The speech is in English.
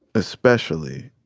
especially,